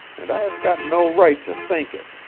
and i have got no right to think it,